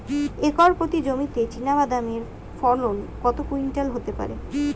Acre প্রতি জমিতে চীনাবাদাম এর ফলন কত কুইন্টাল হতে পারে?